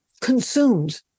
consumed